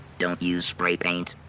don't use spray paint.